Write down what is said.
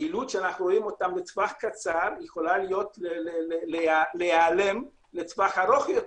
יעילות שאנחנו רואים לטווח קצר יכולה להיעלם לטווח ארוך יותר.